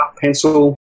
pencil